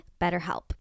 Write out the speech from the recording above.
BetterHelp